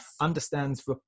understands